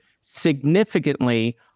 significantly